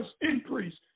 increase